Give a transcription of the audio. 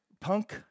punk